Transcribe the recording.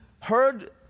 heard